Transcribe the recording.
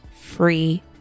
free